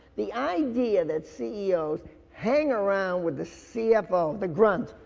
the idea that ceos hang around with the cfo, the grunt.